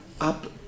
up